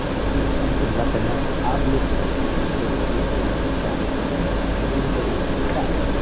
you know, you can let them know, obviously, if the answer is we can't. that is an answer we will accept.